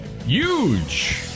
Huge